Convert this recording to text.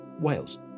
Wales